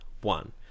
one